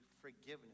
forgiveness